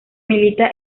milita